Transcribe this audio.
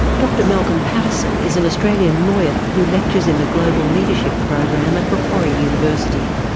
dr malcolm patterson is an australian lawyer who lectures in the global leadership program at macquarie university.